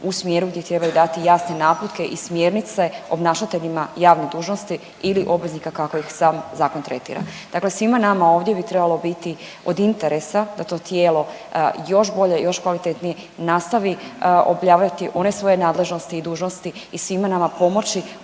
u smjeru gdje trebaju dati jasne naputke i smjernice obnašateljima javne dužnosti ili obveznika kako ih sam zakon tretira. Dakle, svima nama ovdje bi trebalo biti od interesa da to tijelo još bolje, još kvalitetnije nastavi obavljati one svoje nadležnosti i dužnosti i svima nama pomoći